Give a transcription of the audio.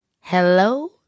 Hello